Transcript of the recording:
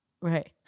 Right